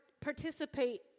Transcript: participate